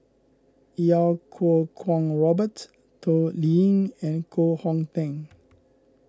Iau Kuo Kwong Robert Toh Liying and Koh Hong Teng